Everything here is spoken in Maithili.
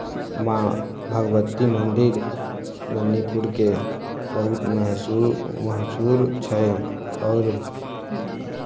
माँ भगवती मन्दिर मन्नीपुरके बहुत मशहूर मशहूर छै आओर